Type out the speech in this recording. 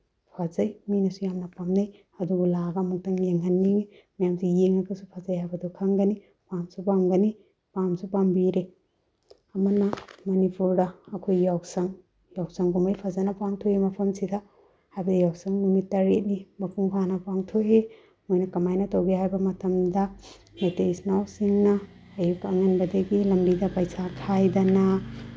ꯐꯖꯩ ꯃꯤꯅꯁꯨ ꯌꯥꯝꯅ ꯄꯥꯝꯅꯩ ꯑꯗꯨꯕꯨ ꯂꯥꯛꯑꯒ ꯑꯃꯨꯛꯇꯪ ꯌꯦꯡꯍꯟꯅꯤꯡꯉꯤ ꯃꯌꯥꯝꯁꯨ ꯌꯦꯡꯉꯒꯁꯨ ꯐꯖꯩ ꯍꯥꯏꯕꯗꯨ ꯈꯪꯒꯅꯤ ꯄꯥꯝꯁꯨ ꯄꯥꯝꯒꯅꯤ ꯄꯥꯝꯁꯨ ꯄꯥꯝꯕꯤꯔꯦ ꯑꯃꯅ ꯃꯅꯤꯄꯨꯔꯗ ꯑꯩꯈꯣꯏ ꯌꯥꯎꯁꯪ ꯌꯥꯎꯁꯪ ꯀꯨꯝꯍꯩ ꯐꯖꯅ ꯄꯥꯡꯊꯣꯛꯏ ꯃꯐꯝꯁꯤꯗ ꯍꯥꯏꯕꯗꯤ ꯌꯥꯎꯁꯪ ꯅꯨꯃꯤꯠ ꯇꯔꯦꯠꯅꯤ ꯃꯄꯨꯡ ꯐꯥꯅ ꯄꯥꯡꯊꯣꯛꯏ ꯃꯣꯏꯅ ꯀꯃꯥꯏꯅ ꯇꯧꯒꯦ ꯍꯥꯏꯕ ꯃꯇꯝꯗ ꯃꯩꯇꯩ ꯏꯆꯤꯜ ꯏꯅꯥꯎꯁꯤꯡꯅ ꯑꯌꯨꯛ ꯑꯉꯟꯕꯗꯒꯤ ꯂꯝꯕꯤꯗ ꯄꯩꯁꯥ ꯈꯥꯏꯗꯅ